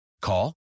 Call